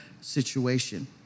situation